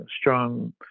strong